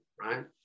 right